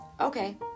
okay